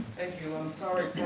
and you. i'm sorry,